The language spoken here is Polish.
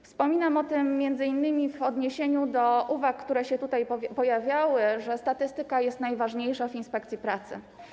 Wspominam o tym m.in. w odniesieniu do uwag, które się tutaj pojawiały, że statystyka jest najważniejsza w inspekcji pracy.